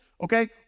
okay